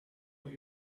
what